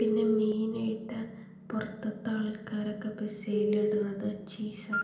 പിന്നെ മെയ്നായിട്ട് പുറത്തെത്തെ ആൾക്കാരൊക്കെ പിസയിലിടണത് ചീസ്സാണ്